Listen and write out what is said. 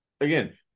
again